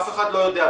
אף אחד לא יודע,